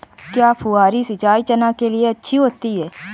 क्या फुहारी सिंचाई चना के लिए अच्छी होती है?